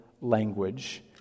language